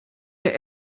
der